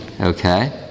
Okay